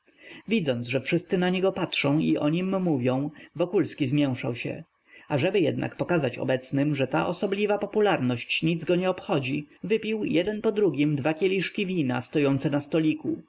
widząc że wszyscy na niego patrzą i o nim mówią wokulski zmięszał się ażeby jednak pokazać obecnym że ta osobliwa popularność nic go nie obchodzi wypił jeden po drugim dwa kieliszki wina stojące na stoliku